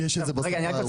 יש את זה בשפה הרוסית?